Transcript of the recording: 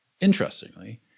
Interestingly